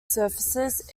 surfaces